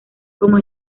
como